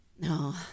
No